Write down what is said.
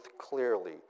clearly